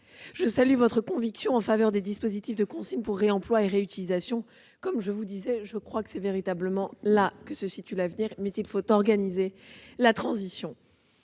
Je salue votre conviction en faveur des dispositifs de consigne pour réemploi et réutilisation. Je crois que c'est véritablement là que se situe l'avenir, mais il faut organiser la transition.